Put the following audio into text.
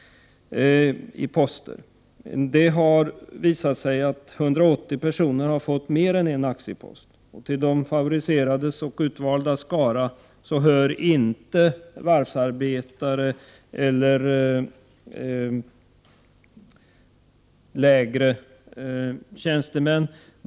Det har visat sig att 180 personer har fått mer än en aktiepost. Till de favoriserades och utvaldas skara hör inte varvsarbetare eller lägre tjänstemän.